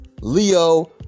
Leo